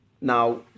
Now